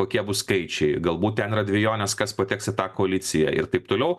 kokie bus skaičiai galbūt ten yra dvejonės kas pateks į tą koaliciją ir taip toliau